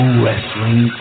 wrestling